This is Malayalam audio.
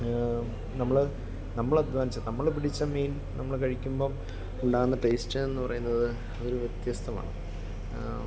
നമ്മള് നമ്മൾ അധ്വാനിച്ച നമ്മള് പിടിച്ച മീൻ നമ്മള് കഴിക്കുമ്പം ഉണ്ടാവുന്ന ടെയ്സ്റ്റ് എന്ന് പറയുന്നത് അതൊര് വ്യത്യസ്തമാണ്